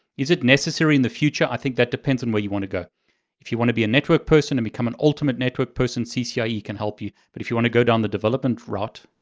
is it necessary in the future? i think that depends on where you want to if you want to be a network person, and become an ultimate network person, ccie can help you, but if you want to go down the development route,